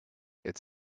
its